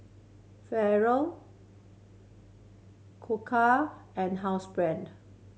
Koka and Housebrand